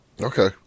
Okay